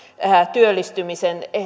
työllistymisen